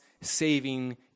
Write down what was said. saving